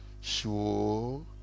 Sure